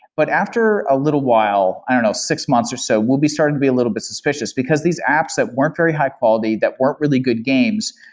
but after a little while, i don't know, six months or so, woobi started to be a little bit suspicious, because these apps that weren't very high-quality, that weren't really good games,